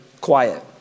quiet